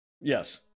Yes